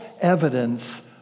evidence